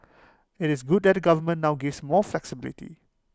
IT is good that the government now gives more flexibility